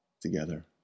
together